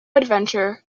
adventure